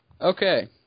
Okay